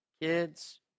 kids